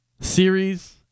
series